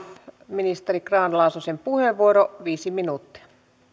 ministeri grahn laasosen puheenvuoro viisi minuuttia